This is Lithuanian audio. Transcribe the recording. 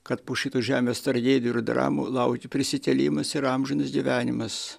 kad po šitos žemės tragedijų ir dramų laukia prisikėlimas ir amžinas gyvenimas